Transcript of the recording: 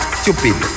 stupid